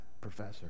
professor